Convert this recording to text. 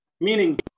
meaning